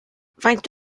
faint